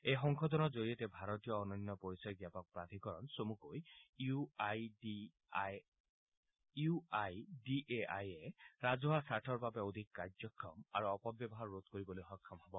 এই সংশোধনৰ জৰিয়তে ভাৰতীয় অন্যান্য পৰিচয় জ্ঞাপক প্ৰাধিকৰণ চমুকৈ U I D A I এ ৰাজহুৱা স্বাৰ্থৰ বাবে অধিক কাৰ্যক্ষম আৰু অপব্যৱহাৰ ৰোধ কৰিবলৈ সক্ষম হ'ব